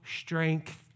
strength